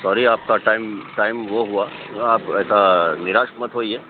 ساری آپ کا ٹائم ٹائم وہ ہُوا آپ ایسا نِراش مت ہوئیے